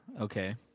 Okay